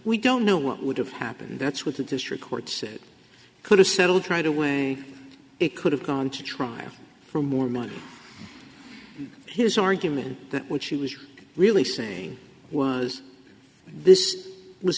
we don't know what would have happened that's what the district court said could have settled try to way it could have gone to trial for more money his argument that what she was really saying was this was